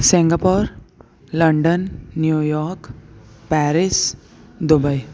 Singapore London New York Paris Dubai